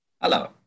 hello